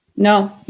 No